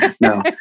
no